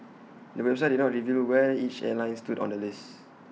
the website did not reveal where each airline stood on the list